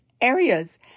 areas